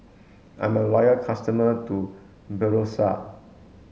I'm a loyal customer to Berocca